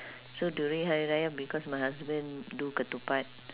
so during hari raya because my husband do ketupat